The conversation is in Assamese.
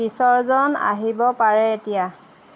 পিছৰজন আহিব পাৰে এতিয়া